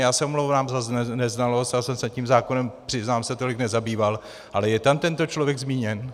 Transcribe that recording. Já se omlouvám za neznalost, já jsem se tím zákonem, přiznám se, tolik nezabýval ale je tam tento člověk zmíněn?